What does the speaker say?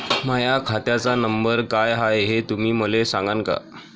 माह्या खात्याचा नंबर काय हाय हे तुम्ही मले सागांन का?